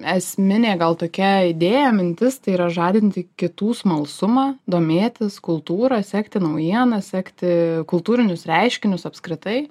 esminė gal tokia idėja mintis tai yra žadinti kitų smalsumą domėtis kultūra sekti naujienas sekti kultūrinius reiškinius apskritai